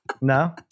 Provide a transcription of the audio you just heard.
No